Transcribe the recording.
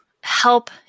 help